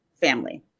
family